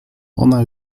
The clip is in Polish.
ona